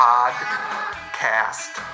Podcast